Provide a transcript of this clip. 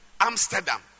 Amsterdam